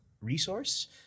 resource